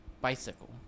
Bicycle